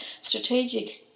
strategic